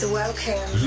welcome